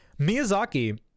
Miyazaki